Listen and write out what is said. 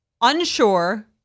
unsure